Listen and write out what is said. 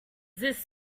this